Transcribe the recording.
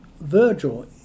virgil